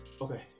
okay